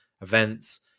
events